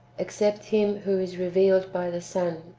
except him who is revealed by the son.